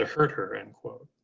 ah hurt her, end quote,